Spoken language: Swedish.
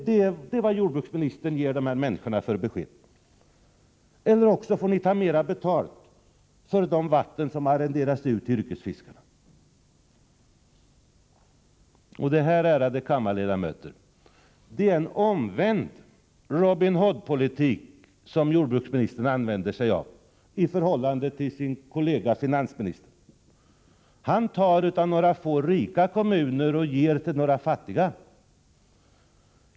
Detta är det besked som jordbruksministern ger de här människorna. Eller också får de ta mer betalt för de vatten som arrenderas ut till yrkesfiskare. Det är, ärade kammarledamöter, en omvänd Robin Hood-politik som jordbruksministern använder sig av i förhållande till sin kollega finansministern, som tar av några få rika kommuner och ger till några fattiga.